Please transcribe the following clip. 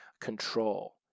control